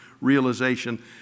realization